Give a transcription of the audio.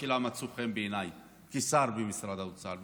לא כל הדעות שלה מצאו חן בעיניי כשר במשרד האוצר,